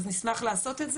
אז נשמח לעשות את זה.